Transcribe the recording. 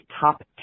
top